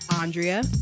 Andrea